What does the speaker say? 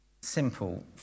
Simple